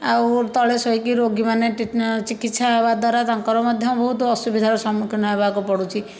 ଆଉ ତଳେ ଶୋଇକି ରୋଗୀମାନେ ଟି ଚିକିତ୍ସା ହେବା ଦ୍ୱାରା ତାଙ୍କର ମଧ୍ୟ ବହୁତ ଅସୁବିଧାର ସମ୍ମୁଖିନ ହେବାକୁ ପଡ଼ୁଛି